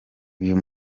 uyu